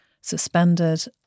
suspended